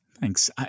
Thanks